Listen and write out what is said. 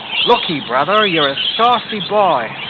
look ye, brother, you're a saucy boy,